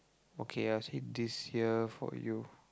okay I will see this year for you